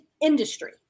industry